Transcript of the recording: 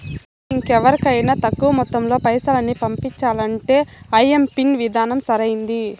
మనం ఇంకెవరికైనా తక్కువ మొత్తంలో పైసల్ని పంపించాలంటే ఐఎంపిన్ విధానం సరైంది